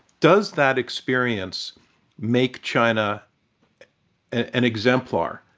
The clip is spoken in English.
does that experience make china an exemplar?